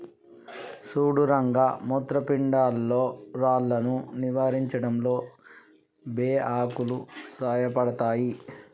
సుడు రంగ మూత్రపిండాల్లో రాళ్లను నివారించడంలో బే ఆకులు సాయపడతాయి